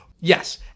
Yes